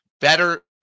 Better